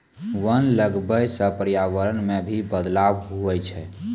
वन लगबै से पर्यावरण मे भी बदलाव हुवै छै